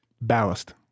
Ballast